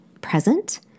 present